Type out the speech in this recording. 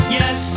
yes